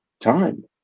time